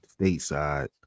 stateside